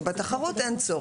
שבתחרות אין צורך.